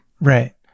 Right